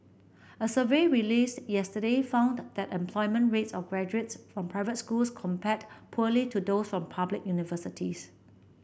a survey released yesterday found that employment rates of graduates from private schools compared poorly to those from public universities